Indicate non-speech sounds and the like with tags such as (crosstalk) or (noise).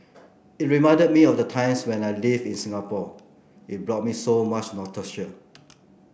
it reminded me of the times where I lived in Singapore it brought me so much (unintelligible)